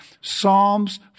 Psalms